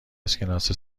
اسکناس